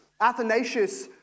Athanasius